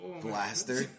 blaster